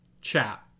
chat